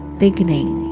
beginning